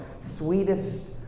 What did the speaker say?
sweetest